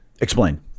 Explain